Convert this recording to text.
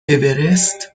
اورست